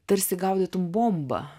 tarsi gaudytum bombą